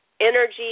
energy